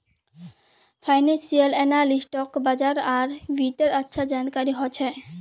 financial एनालिस्टक बाजार आर वित्तेर अच्छा जानकारी ह छेक